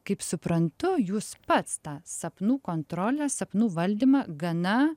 kaip suprantu jūs pats tą sapnų kontrolę sapnų valdymą gana